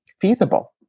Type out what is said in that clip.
feasible